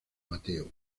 mateo